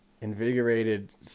invigorated